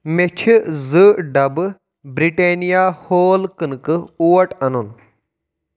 مےٚ چھِ زٕ ڈبہٕ برٛٹینیا ہول کٕنکہٕ اوٹ اَنُن